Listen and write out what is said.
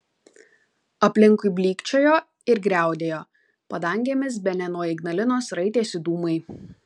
aplinkui blykčiojo ir griaudėjo padangėmis bene nuo ignalinos raitėsi dūmai